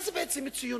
מה זאת בעצם ציונות?